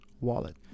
wallet